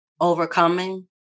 overcoming